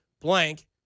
blank